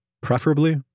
preferably